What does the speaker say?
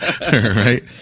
right